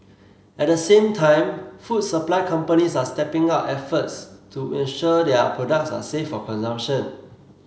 at the same time food supply companies are stepping up efforts to ensure their products are safe for consumption